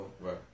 right